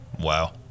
Wow